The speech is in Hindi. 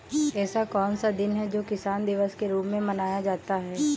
ऐसा कौन सा दिन है जो किसान दिवस के रूप में मनाया जाता है?